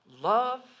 Love